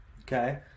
Okay